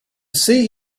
sea